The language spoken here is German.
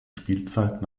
spielzeit